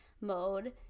mode